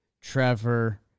Trevor